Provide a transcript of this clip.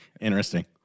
Interesting